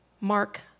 Mark